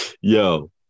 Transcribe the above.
Yo